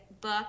book